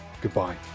goodbye